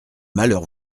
malheur